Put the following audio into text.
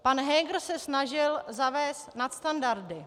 Pan Heger se snažil zavést nadstandardy.